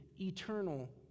eternal